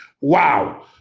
Wow